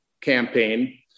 campaign